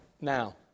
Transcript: now